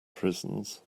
prisons